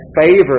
favor